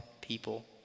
people